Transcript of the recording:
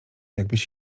jakbyś